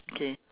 okay